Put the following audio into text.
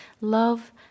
Love